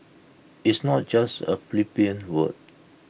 it's not just A flippant word